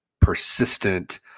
persistent